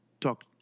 talk